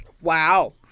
Wow